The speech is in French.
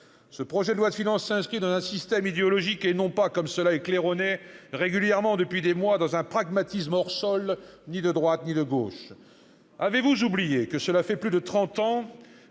Ce projet de loi de finances s'inscrit dans un système idéologique et non pas, comme cela est claironné régulièrement depuis des mois, dans un esprit de pragmatisme hors sol qui ne serait ni de droite ni de gauche. Avez-vous oublié que cela fait plus de trente